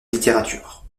littérature